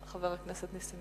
חבר הכנסת נסים